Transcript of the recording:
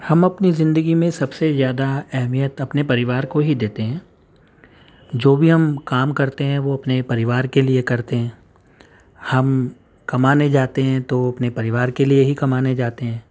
ہم اپنی زندگی میں سب سے زیادہ اہمیت اپنے پریوار کو ہی دیتے ہیں جو بھی ہم کام کرتے ہیں وہ اپنے پریوار کے لیے کرتے ہیں ہم کمانے جاتے ہیں تو اپنے پریوار کے لیے ہی کمانے جاتے ہیں